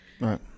Right